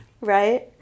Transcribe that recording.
Right